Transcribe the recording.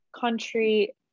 country